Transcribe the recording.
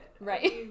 Right